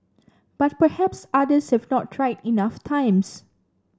but perhaps others have not tried enough times